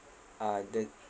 uh the